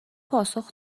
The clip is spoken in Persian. پاسخ